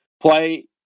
play